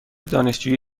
دانشجویی